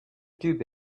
tube